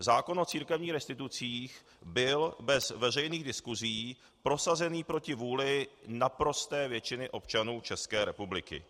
Zákon o církevních restitucích byl bez veřejných diskusí prosazen proti vůli naprosté většiny občanů České republiky.